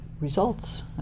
results